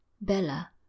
Bella